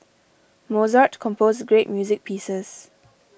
Mozart composed great music pieces